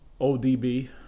ODB